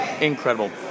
Incredible